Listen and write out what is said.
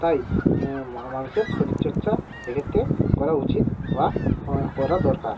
তাই মানুষের শরীরচর্চা এক্ষেত্রে করা উচিত বা করা দরকার